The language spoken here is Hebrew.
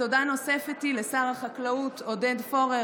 תודה נוספת היא לשר החקלאות עודד פורר